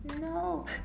No